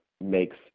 makes